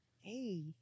Hey